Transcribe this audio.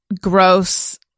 gross